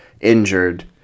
injured